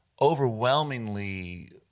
overwhelmingly